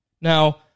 Now